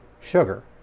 sugar